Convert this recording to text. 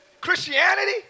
Christianity